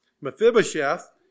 Mephibosheth